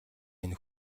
минь